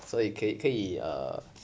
所以可以可以 err